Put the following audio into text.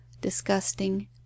disgusting